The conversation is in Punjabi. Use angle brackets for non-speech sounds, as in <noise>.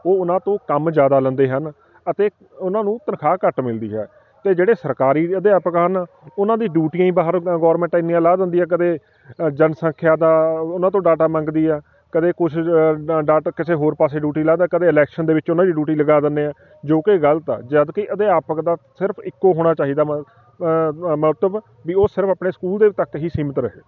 ਉਹ ਉਹਨਾਂ ਤੋਂ ਕੰਮ ਜ਼ਿਆਦਾ ਲੈਂਦੇ ਹਨ ਅਤੇ ਉਹਨਾਂ ਨੂੰ ਤਨਖਾਹ ਘੱਟ ਮਿਲਦੀ ਹੈ ਅਤੇ ਜਿਹੜੇ ਸਰਕਾਰੀ ਅਧਿਆਪਕ ਹਨ ਉਹਨਾਂ ਦੀ ਡਿਊਟੀਆਂ ਹੀ ਬਾਹਰ ਗੌਰਮੈਂਟ ਇੰਨੀਆਂ ਲਾ ਦਿੰਦੀ ਆ ਕਦੇ ਜਨਸੰਖਿਆ ਦਾ ਉਹਨਾਂ ਤੋਂ ਡਾਟਾ ਮੰਗਦੀ ਆ ਕਦੇ ਕੁਛ <unintelligible> ਕਿਸੇ ਹੋਰ ਪਾਸੇ ਡਿਊਟੀ ਲਾ ਦੇ ਕਦੇ ਇਲੈਕਸ਼ਨ ਦੇ ਵਿੱਚ ਉਹਨਾਂ ਦੀ ਡਿਊਟੀ ਲਗਾ ਦਿੰਦੇ ਆ ਜੋ ਕਿ ਗਲਤ ਆ ਜਦ ਕਿ ਅਧਿਆਪਕ ਦਾ ਸਿਰਫ ਇੱਕੋ ਹੋਣਾ ਚਾਹੀਦਾ ਮ ਮੋਟੀਵ ਵੀ ਉਹ ਸਿਰਫ ਆਪਣੇ ਸਕੂਲ ਦੇ ਤੱਕ ਹੀ ਸੀਮਤ ਰਹੇ